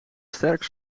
sterk